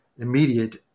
Immediate